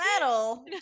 metal